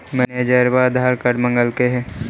मैनेजरवा आधार कार्ड मगलके हे?